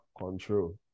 control